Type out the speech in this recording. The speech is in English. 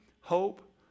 hope